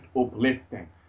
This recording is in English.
uplifting